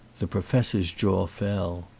the professor's jaw fell.